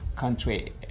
country